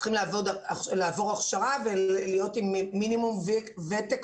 הם צריכים לעבור הכשרה ולהיות עם מינימום ותק